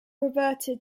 reverted